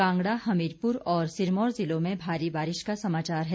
कांगड़ा हमीरपुर और सिरमौर जिलों में भारी बारिश का सामाचार है